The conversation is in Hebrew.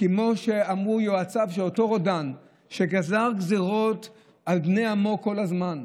כמו שאמרו יועציו של אותו רודן שגזר גזרות על בני עמו כל הזמן,